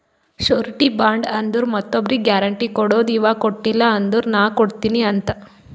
surety bond ಅಂದುರ್ ಮತ್ತೊಬ್ರಿಗ್ guarantee ಕೊಡದು ಇವಾ ಕೊಟ್ಟಿಲ ಅಂದುರ್ ನಾ ಕೊಡ್ತೀನಿ ಅಂತ್